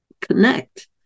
connect